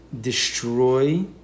destroy